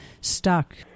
stuck